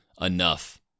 enough